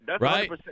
right